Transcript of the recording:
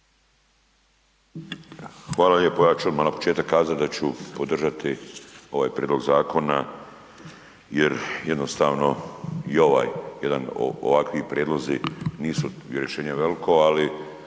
Hvala lijepo. Ja ću odmah na početku kazat da ću podržati ovaj prijedlog zakona jer jednostavno i ovaj jedan, ovakvi prijedlozi nisu rješenje veliko ali